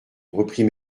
reprit